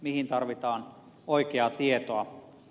mihin tarvitaan oikeaa tietoa